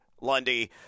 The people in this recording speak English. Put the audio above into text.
Lundy